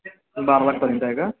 बारा लाखपर्यंत आहे का